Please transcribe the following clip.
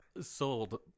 sold